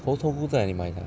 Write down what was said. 猴头菇在哪里买 sia